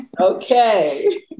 Okay